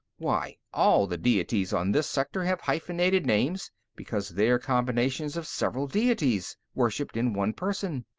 why, all the deities on this sector have hyphenated names, because they're combinations of several deities, worshiped in one person.